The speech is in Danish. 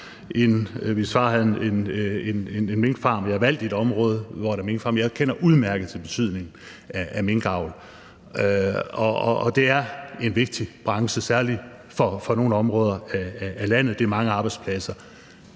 hvis far havde en minkfarm, og jeg er valgt i et område, hvor der er minkfarme. Jeg kender udmærket til betydningen af minkavl. Og det er en vigtig branche, særlig for nogle områder af landet; det er mange arbejdspladser.